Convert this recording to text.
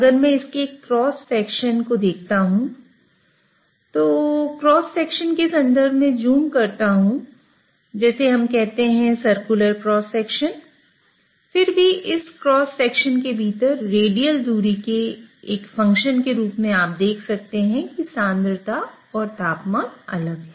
अगर मैं इसके क्रॉस सेक्शन को देखता हूं अगर मैं क्रॉस सेक्शन के संदर्भ में ज़ूम करता हूं जैसे हम कहते हैं एक सर्कुलर क्रॉस सेक्शन फिर भी इस क्रॉस सेक्शन के भीतर रेडियल दूरी के एक फ़ंक्शन के रूप में आप देख सकते हैं कि सांद्रता और तापमान अलग हैं